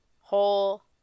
whole